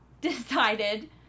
decided